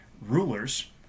rulers